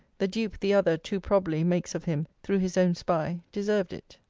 the dupe the other, too probably, makes of him, through his own spy, deserved it.